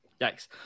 Yikes